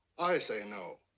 i say no.